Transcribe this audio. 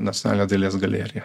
nacionalinė dailės galerija